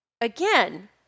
again